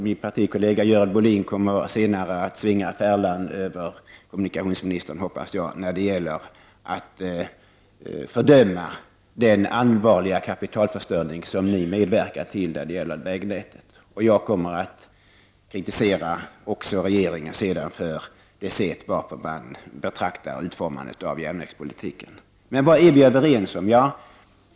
Min partikollega Görel Bohlin kommer senare att svänga färlan över kommunikationsministern, hoppas jag, när det gäller att fördöma den allvarliga kapitalförstöring som ni medverkar till när det gäller vägnätet, och jag kommer att kritisera regeringen för det sätt varpå den betraktar utformandet av järnvägspolitiken. Men vad är vi överens om?